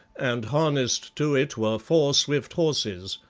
and harnessed to it were four swift horses.